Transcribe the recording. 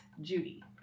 Judy